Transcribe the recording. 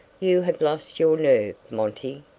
you have lost your nerve, monty.